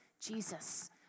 Jesus